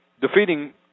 defeating